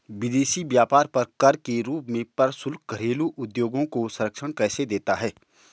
विदेशी व्यापार पर कर के रूप में प्रशुल्क घरेलू उद्योगों को संरक्षण कैसे देता है?